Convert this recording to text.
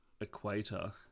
Equator